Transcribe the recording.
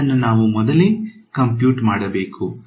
ಇದನ್ನು ನಾವು ಮೊದಲೇ ಕಂಪ್ಯೂಟ ಮಾಡಬೇಕು